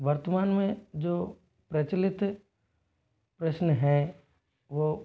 वर्तमान में जो प्रचलित प्रश्न हैं वो